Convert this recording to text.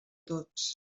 tots